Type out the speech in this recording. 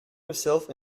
himself